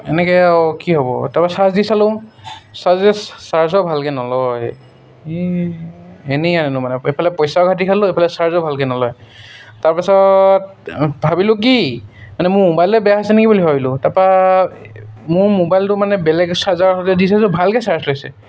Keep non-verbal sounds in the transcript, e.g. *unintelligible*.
এনেকৈ আৰু কি হ'ব তাৰপিছত চাৰ্জ দি চালোঁ *unintelligible* চাৰ্জও ভালকৈ নলয় এনেই আনিলো মানে এফালে পইচাও ঘাটি খালো এফালে চাৰ্জো ভালকৈ নলয় তাৰপাছত ভাবিলো কি মানে মোৰ মবাইলটোৱে বেয়া হৈছে বুলি ভাবিলো তাৰপৰা মোৰ মবাইলটো মানে বেলেগ চাৰ্জাৰ সৈতে দি চাইছোঁ ভালকৈ চাৰ্জ লৈছে